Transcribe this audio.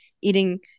eating